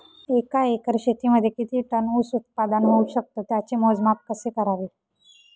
एका एकर शेतीमध्ये किती टन ऊस उत्पादन होऊ शकतो? त्याचे मोजमाप कसे करावे?